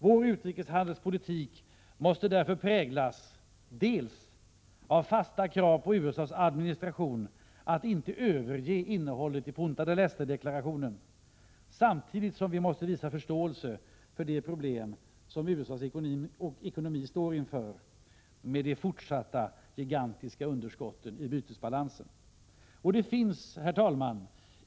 Vår utrikeshandelspolitik måste därför präglas dels av fasta krav på USA:s administration att inte överge innehållet i Punta del Este-deklarationen, dels måste vi visa förståelse för de problem som USA:s ekonomi står inför med det fortsatta gigantiska underskottet i bytesbalansen. Herr talman!